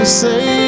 say